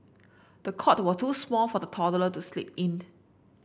the cot was too small for the toddler to sleep in